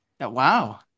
Wow